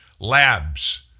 Labs